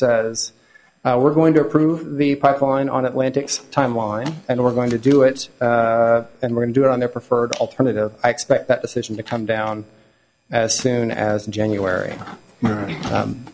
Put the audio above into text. says we're going to approve the pipeline on atlantics timeline and we're going to do it and we're going do it on their preferred alternative i expect that decision to come down as soon as january